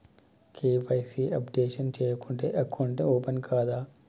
KYC updation చేయకుంటే account open కాదా?